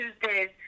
Tuesdays